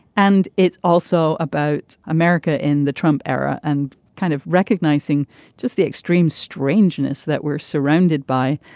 and it's also about america in the trump era and kind of recognizing just the extreme strangeness that we're surrounded by.